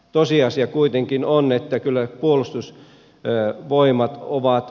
tosiasia kuitenkin on että kyllä puolustus jää voimat ovat